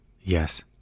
Yes